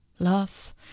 love